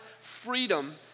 freedom